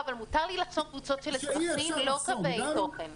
אבל מותר לי לחסום קבוצות של --- לא קווי תוכן.